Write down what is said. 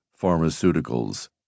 pharmaceuticals